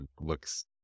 looks